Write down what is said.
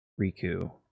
Riku